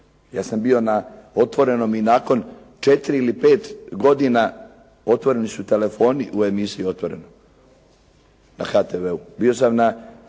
Ja sam bio na otvorenom i nakon 4 ili 5 godina otvoreni su telefoni u emisiji "Otvoreno", na HTVU-.